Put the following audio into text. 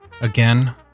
Again